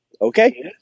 Okay